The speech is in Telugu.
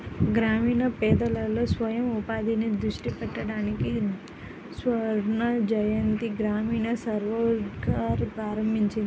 గ్రామీణ పేదలలో స్వయం ఉపాధిని దృష్టి పెట్టడానికి స్వర్ణజయంతి గ్రామీణ స్వరోజ్గార్ ప్రారంభించింది